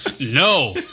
No